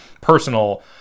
personal